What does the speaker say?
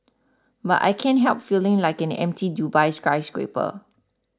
but I can't help feeling like an empty Dubai skyscraper